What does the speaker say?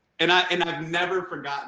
and i and i have never forgotten